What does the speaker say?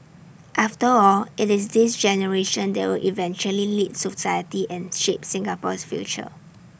after all IT is this generation that will eventually lead society and shape Singapore's future